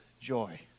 joy